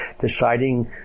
deciding